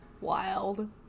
Wild